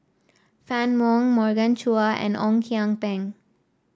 Fann Wong Morgan Chua and Ong Kian Peng